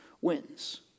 wins